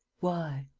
why?